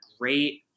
great